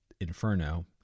Inferno